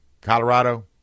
Colorado